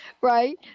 right